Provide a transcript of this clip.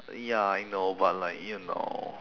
ya I know but like you know